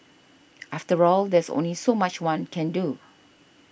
after all there's only so much one can do